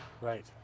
Right